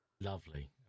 Lovely